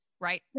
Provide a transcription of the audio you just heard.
Right